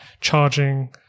charging